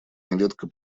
нередко